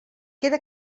queda